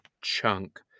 chunk